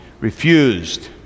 refused